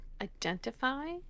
identify